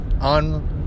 On